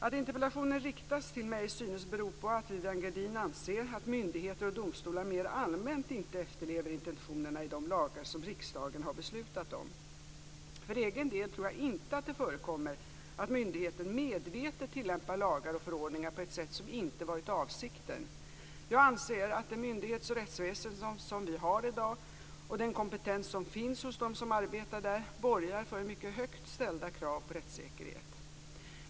Att interpellationen riktas till mig synes bero på att Viviann Gerdin anser att myndigheter och domstolar mer allmänt inte efterlever intentionerna i de lagar som riksdagen har beslutat om. För egen del tror jag inte att det förekommer att myndigheter medvetet tillämpar lagar och förordningar på ett sätt som inte varit avsikten. Jag anser att det myndighets och rättsväsende som vi har i dag och den kompetens som finns hos dem som arbetar där borgar för mycket högt ställda krav på rättssäkerhet.